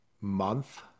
Month